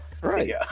right